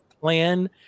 plan